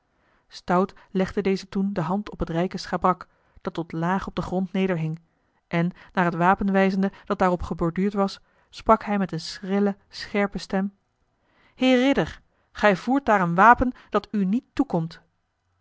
stout legde deze toen de hand op het rijke schabrak dat tot laag op den grond nederhing en naar het wapen wijzende dat daarop geborduurd was sprak hij met eene schrille scherpe stem heer ridder gij voert daar een wapen dat u niet toekomt